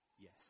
yes